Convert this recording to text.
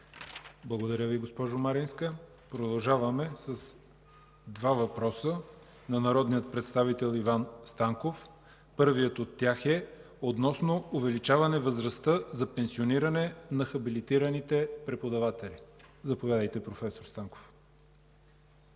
Благодаря, госпожо Маринска. Продължаваме с два въпроса на народния представител Иван Станков. Първият от тях е относно увеличаване на възрастта за пенсиониране на хабилитираните преподаватели. Заповядайте, проф. Станков.